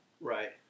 Right